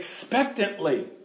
expectantly